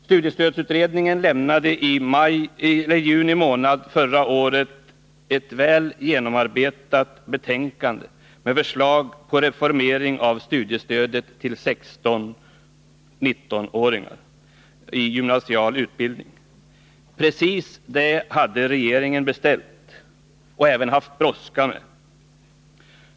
Studiestödsutredningen överlämnade i juni månad förra året ett väl genomarbetat betänkande med förslag på reformering av studiestödet till 16-19-åringar i gymnasial utbildning. Precis det hade regeringen beställt och även haft brådska med.